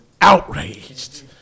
outraged